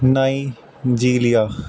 nigiri